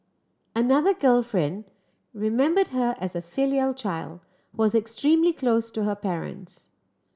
another girlfriend remembered her as a filial child who was extremely close to her parents